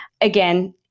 Again